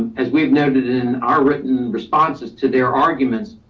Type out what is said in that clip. as we've noted in our written responses to their arguments,